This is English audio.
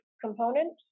component